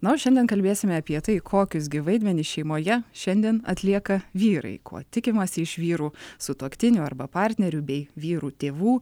na o šiandien kalbėsime apie tai kokius gi vaidmenis šeimoje šiandien atlieka vyrai ko tikimasi iš vyrų sutuoktinių arba partnerių bei vyrų tėvų